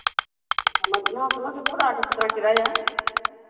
समझ हाँ समझ गए पूरा यहाँ का कितना किराया है